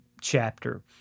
chapter